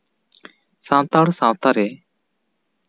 ᱥᱟᱱᱛᱟᱲ ᱥᱟᱶᱛᱟ ᱨᱮ